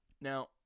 Now